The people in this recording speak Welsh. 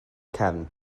cefn